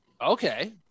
Okay